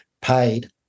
paid